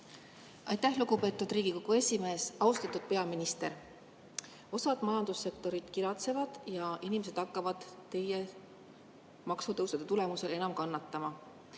Aitäh, lugupeetud Riigikogu esimees! Austatud peaminister! Osa majandussektoreid kiratseb ja inimesed hakkavad teie maksutõusude tulemusel enam kannatama.